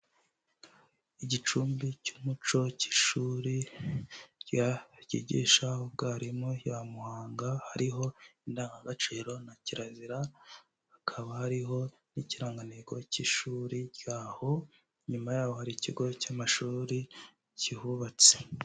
Igicumbi cy'umuco cy'ishuri rya ryigisha ubwarimu ya Muhanga hariho indangagaciro na kirazira, hakaba hariho n'ikiranganteko cy'ishuri ryaho, nyuma yaho hari ikigo cy'amashuri kihubatse.